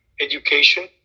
education